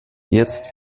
jetzt